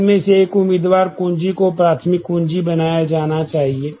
तो इनमें से एक उम्मीदवार कुंजी को प्राथमिक कुंजी बनाया जाना चाहिए